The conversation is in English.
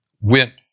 went